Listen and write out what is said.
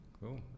Cool